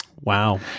wow